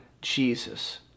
Jesus